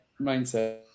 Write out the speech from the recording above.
mindset